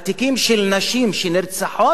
בתיקים של נשים שנרצחות,